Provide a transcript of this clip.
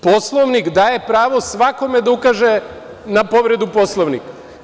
Poslovnik daje pravo svakome da ukaže na povredu Poslovnika.